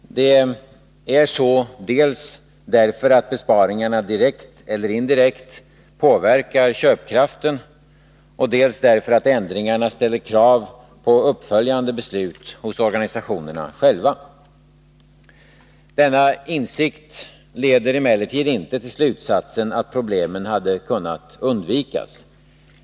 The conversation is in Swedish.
Det är så dels därför att besparingarna direkt eller indirekt påverkar köpkraften, dels därför att ändringarna ställer krav på uppföljande beslut hos organisationerna själva. Denna insikt leder emellertid inte till slutsatsen att problemen hade kunnat undvikas.